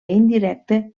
indirecte